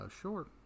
Sure